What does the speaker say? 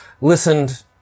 listened